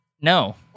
No